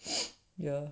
yeah